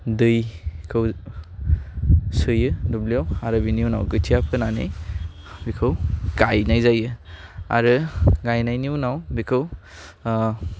दैखौ सोयो दुब्लियाव आरो बिनि उनाव खोथिया फोनानै बेखौ गायनाय जायो आरो गायनायनि उनाव बेखौ